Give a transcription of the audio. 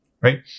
right